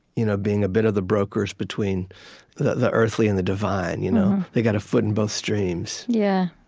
you know being a bit of the brokers between the the earthly and the divine. you know they've got a foot in both streams yeah.